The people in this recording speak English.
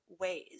ways